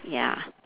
ya